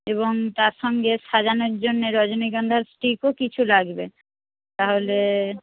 এবং তার সঙ্গে সাজানোর জন্যে রজনীগন্ধার স্টিকও কিছু লাগবে তাহলে